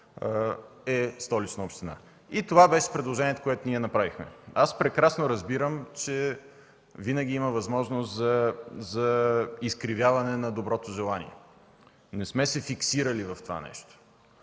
в Столична община. Такова беше направеното от нас предложение. Прекрасно разбирам, че винаги има възможност за изкривяване на доброто желание. Не сме се фиксирали в това нещо.